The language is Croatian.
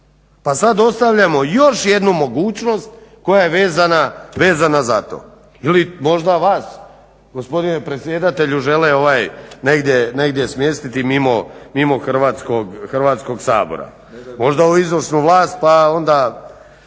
Pa sad ostavljamo još jednu mogućnost koja je vezana za to. Ili možda vas gospodine predsjedatelju žele negdje smjestiti mimo Hrvatskog sabora. Možda u izvršnu vlast pa onda